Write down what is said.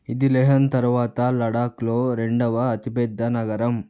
ఇది లేహన్ తర్వాత లడఖ్లో రెండవ అతిపెద్ద నగరం